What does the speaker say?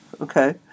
Okay